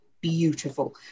beautiful